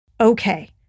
Okay